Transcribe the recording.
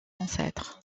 ancêtres